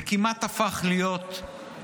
זה כמעט הפך להיות מעמד,